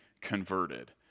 converted